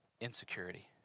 insecurity